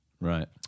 Right